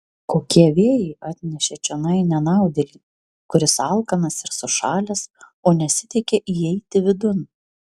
kokie vėjai atnešė čionai nenaudėlį kuris alkanas ir sušalęs o nesiteikia įeiti vidun